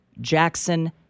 Jackson